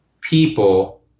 people